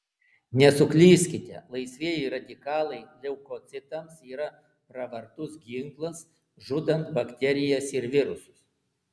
nesuklyskite laisvieji radikalai leukocitams yra pravartus ginklas žudant bakterijas ir virusus